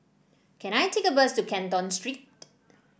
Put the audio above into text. can I take a bus to Canton Street